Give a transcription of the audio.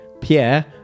Pierre